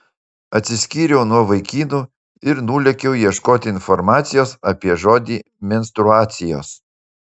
atsiskyriau nuo vaikinų ir nulėkiau ieškoti informacijos apie žodį menstruacijos